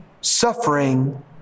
suffering